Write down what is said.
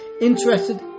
interested